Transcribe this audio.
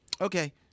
Okay